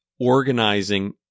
organizing